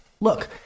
look